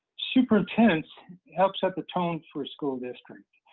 superintendents help set the tone for school district.